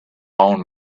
own